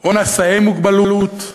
או נשאי מוגבלות,